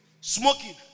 smoking